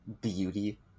beauty